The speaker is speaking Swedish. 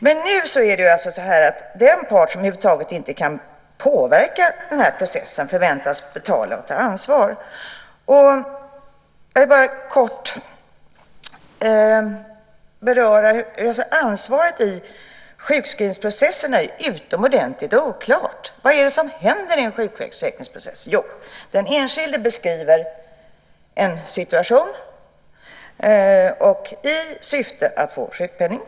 Den part som över huvud taget inte kan påverka processen förväntas betala och ta ansvar. Ansvaret i sjukskrivningsprocesserna är utomordentligt oklart. Vad är det som händer i en sjukförsäkringsprocess? Den enskilde beskriver en situation i syfte att få sjukpenning.